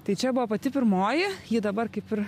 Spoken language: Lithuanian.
tai čia buvo pati pirmoji ji dabar kaip ir